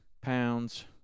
pounds